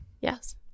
Yes